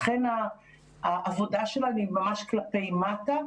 לכן העבודה שלה היא ממש כלפי מטה.